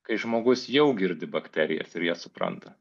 kai žmogus jau girdi bakterijas ir jas supranta